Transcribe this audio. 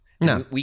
No